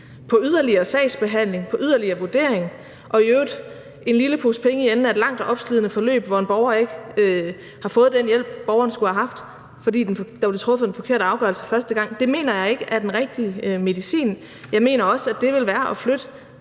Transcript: på yderligere sagsbehandling, på yderligere vurdering og i øvrigt en lille pose penge i enden af et langt og opslidende forløb, hvor en borger ikke har fået den hjælp, som borgeren skulle have haft, fordi der blev truffet en forkert afgørelse første gang, mener jeg ikke er den rigtige medicin. Jeg mener også, at det vil være at flytte